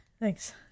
Thanks